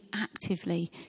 actively